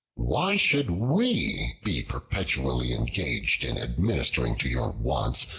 why should we be perpetually engaged in administering to your wants,